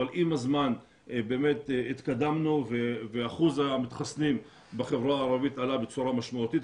אבל עם הזמן התקדמנו ואחוז המתחסנים בחברה הערבית עלה בצורה משמעותית.